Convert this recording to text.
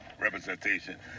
representation